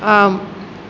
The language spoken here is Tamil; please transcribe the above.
ஆம்